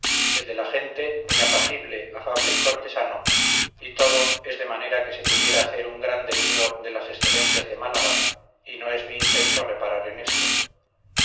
el de la gente muy apacible afable y cortesano y todo es de manera que se pudiera hacer un grande libro de las excelencias de málaga y no es mi intento reparar en esto